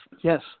Yes